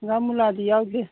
ꯍꯪꯒꯥꯝ ꯃꯨꯂꯥꯗꯤ ꯌꯥꯎꯗꯦ